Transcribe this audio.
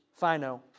Fino